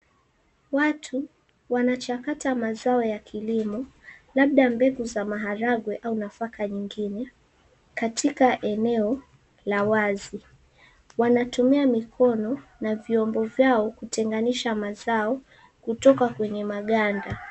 Watu, wanachakata mazao ya kilimo. Labda mbegu za maharagwe au nafaka nyingine. Katika eneo la wazi. Wanatumia mikono na vyombo vyao kutenganisha mazao, kutoka kwenye maganda.